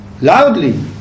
loudly